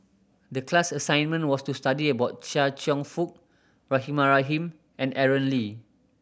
the class assignment was to study about Chia Cheong Fook Rahimah Rahim and Aaron Lee